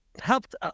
helped